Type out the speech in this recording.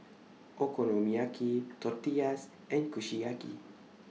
Okonomiyaki Tortillas and Kushiyaki